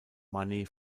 money